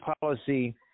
policy